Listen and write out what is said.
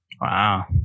wow